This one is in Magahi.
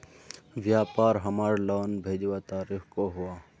व्यापार हमार लोन भेजुआ तारीख को हुआ?